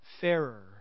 fairer